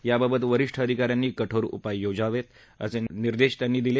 याबाबत वरिष्ठ अधिका यांनी कठोर उपाय योजावेत असे निर्देश त्यांनी दिले